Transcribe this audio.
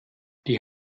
die